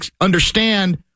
understand